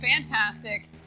fantastic